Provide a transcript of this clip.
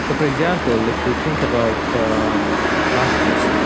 so for example, if we think about um fasting,